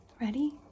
Ready